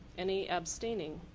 any abstaining?